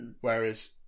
Whereas